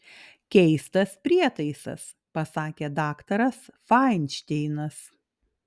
keistas prietaisas pasakė daktaras fainšteinas